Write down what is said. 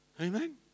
Amen